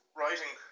writing